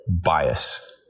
bias